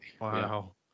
wow